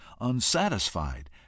unsatisfied